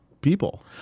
people